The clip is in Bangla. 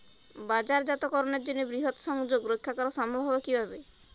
বাজারজাতকরণের জন্য বৃহৎ সংযোগ রক্ষা করা সম্ভব হবে কিভাবে?